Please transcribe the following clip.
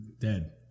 dead